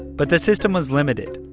but the system was limited.